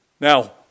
Now